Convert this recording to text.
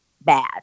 bad